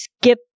skip